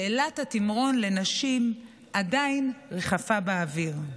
שאלת התמרון לנשים עדיין ריחפה באוויר.